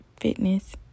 fitness